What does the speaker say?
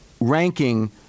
ranking